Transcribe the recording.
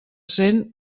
cent